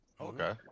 Okay